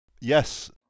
Yes